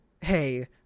Hey